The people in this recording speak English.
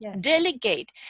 delegate